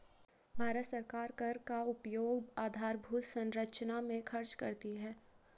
भारत सरकार कर का उपयोग आधारभूत संरचना में खर्च करती है